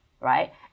right